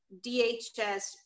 DHS